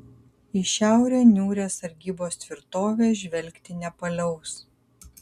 į šiaurę niūrią sargybos tvirtovė žvelgti nepaliaus